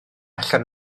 allan